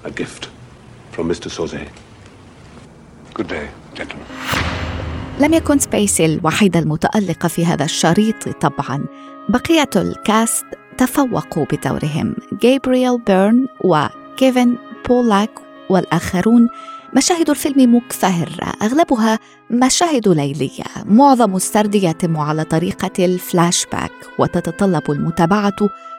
A gift from Mr. Sauzet. Good day, gentlemen. لم يكن سبيس الوحيد المتألق في هذا الشريط طبعاً. بقية الـcast تفوقوا بدورهم. جابرييل بيرن وكيفن بولاك والآخرون. مشاهد الفيلم مكفهرة، أغلبها مشاهد ليلية. معظم السرد يتم على طريقة الفلاش باك، وتتطلب المتابعة